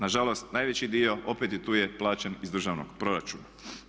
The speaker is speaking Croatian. Na žalost, najveći dio opet i tu je plaćen iz državnog proračuna.